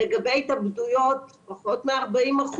לגבי התאבדויות פחות מ-40%.